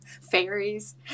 Fairies